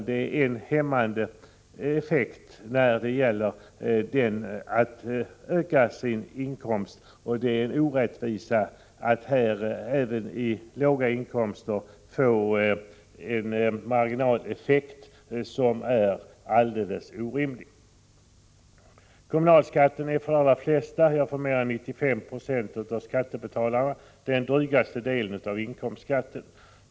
Det ger en hämmande effekt när det gäller att öka sin inkomst, och det är en orättvisa att även låga inkomstlägen får en marginaleffekt som är alldeles orimlig. Kommunalskatten är för de allra flesta, ja, för mer än 95 96 av skattebetalarna, den drygaste delen av inkomstskatten.